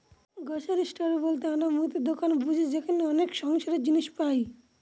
grocery store বলতে আমরা মুদির দোকান বুঝি যেখানে অনেক সংসারের জিনিস পাই